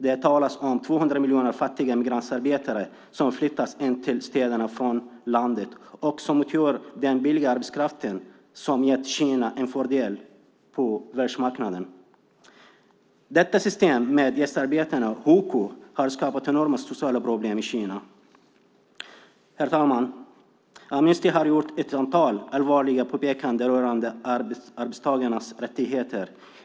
Det talas om 200 miljoner fattiga migrantarbetare som flyttas in till städerna från landet och som utgör den billiga arbetskraft som gett Kina en fördel på världsmarknaden. Detta system med gästarbetare, hukou, har skapat enorma sociala problem i Kina. Herr talman! Amnesty har gjort ett antal allvarliga påpekanden rörande arbetstagarnas rättigheter.